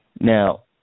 Now